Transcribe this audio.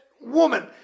woman